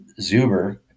Zuber